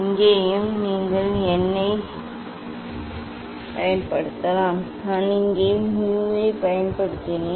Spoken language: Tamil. இங்கேயும் நீங்கள் n ஐப் பயன்படுத்தலாம் நான் இங்கே mu ஐப் பயன்படுத்தினேன்